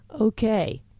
Okay